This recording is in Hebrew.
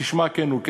כשמה כן היא,